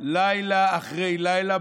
לילה אחרי לילה,